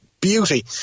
beauty